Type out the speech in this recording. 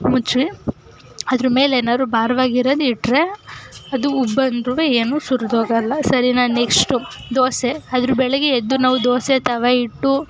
ಮುಚ್ಚಿ ಅದರ್ಮೇಲೆ ಏನಾದ್ರೂ ಭಾರವಾಗಿರೋದಿಟ್ರೆ ಅದು ಉಬ್ಬಿ ಬಂದ್ರೂ ಏನೂ ಸುರ್ದೋಗೋಲ್ಲ ಸರಿನಾ ನೆಕ್ಸ್ಟು ದೋಸೆ ಅದರ ಬೆಳಗ್ಗೆ ಎದ್ದು ನಾವು ದೋಸೆ ತವ ಇಟ್ಟು